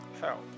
help